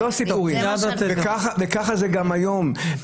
וככה זה גם היום.